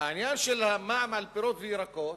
העניין של מע"מ על פירות וירקות,